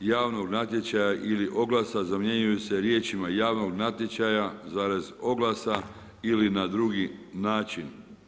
„javnog natječaja ili oglasa“ zamjenjuju se riječima „javnog natječaja, oglasa ili na drugi način“